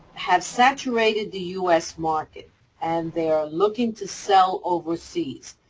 have saturated the u s. market and they are looking to sell overseas.